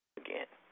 again